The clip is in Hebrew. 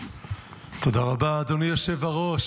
תודה רבה, אדוני היושב-ראש.